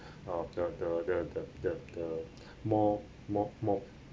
uh the the the the the the more more more